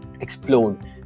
explode